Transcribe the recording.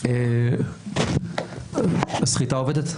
הסחיטה עובדת.